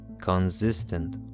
consistent